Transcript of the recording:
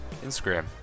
Instagram